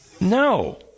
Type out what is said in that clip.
No